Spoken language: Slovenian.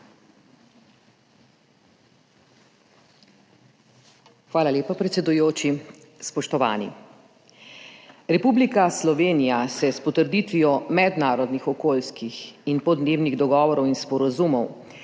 Hvala lepa, predsedujoči. Spoštovani! Republika Slovenija se je s potrditvijo mednarodnih okoljskih in podnebnih dogovorov in sporazumov